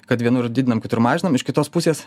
kad vienur didinam kitur mažinam iš kitos pusės